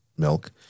milk